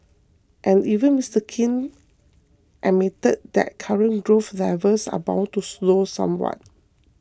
and even Mister King admitted that current growth levels are bound to slow somewhat